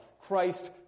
Christ